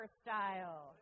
style